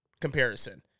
comparison